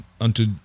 unto